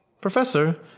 Professor